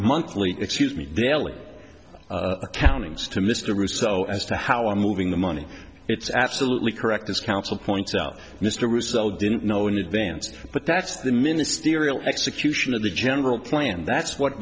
monthly excuse me daily accountings to mr russo as to how i'm moving the money it's absolutely correct this counsel points out mr russo didn't know in advance but that's the ministerial execution of the general plan that's what